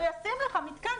אז הוא ישים לך מתקן.